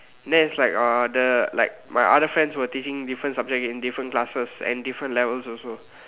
then is like uh the like my other friends were teaching different subjects in different classes in different levels also